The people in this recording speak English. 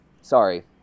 Sorry